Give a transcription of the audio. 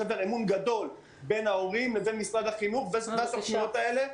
שבר אמון גדול בין ההורים לבין משרד החינוך ובין הסוכנויות האלה,